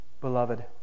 beloved